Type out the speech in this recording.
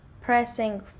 pressing